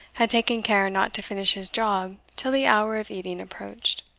had taken care not to finish his job till the hour of eating approached.